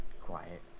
quiet